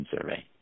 survey